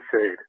shade